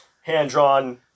hand-drawn